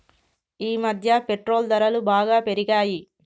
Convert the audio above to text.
ఈమధ్య పెట్రోల్ ధరలు బాగా పెరిగాయి